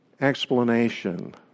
explanation